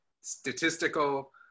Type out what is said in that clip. statistical